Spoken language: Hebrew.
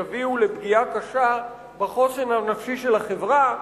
יביאו לפגיעה קשה בחוסן הנפשי של החברה,